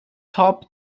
top